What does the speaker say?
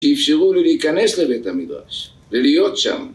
שאפשרו לו להיכנס לבית המדרש, ולהיות שם.